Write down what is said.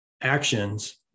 actions